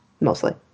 mostly